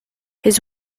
his